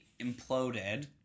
imploded